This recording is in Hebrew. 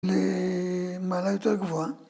למעל יותר גבוהה